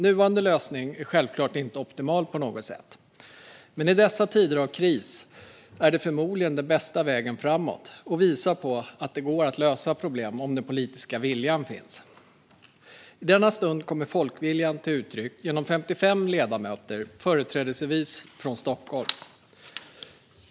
Nuvarande lösning är självklart inte optimal på något sätt, men i dessa tider av kris är den förmodligen den bästa vägen framåt. Den visar att det går att lösa problem om den politiska viljan finns. I denna stund kommer folkviljan till uttryck genom 55 ledamöter, företrädesvis från Stockholm.